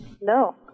No